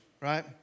right